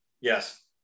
Yes